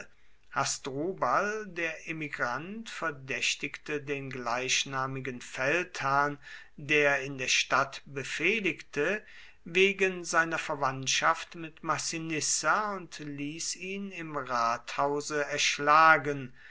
hasdrubal der emigrant verdächtigte den gleichnamigen feldherrn der in der stadt befehligte wegen seiner verwandtschaft mit massinissa und ließ ihn im rathause erschlagen